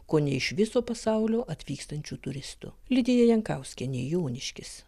kone iš viso pasaulio atvykstančių turistų lidija jankauskienė joniškis